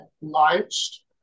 launched